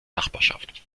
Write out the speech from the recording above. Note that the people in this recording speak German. nachbarschaft